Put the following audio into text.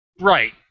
Right